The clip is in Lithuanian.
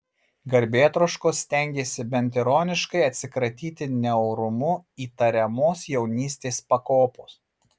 garbėtroškos stengėsi bent išoriškai atsikratyti neorumu įtariamos jaunystės pakopos